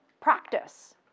practice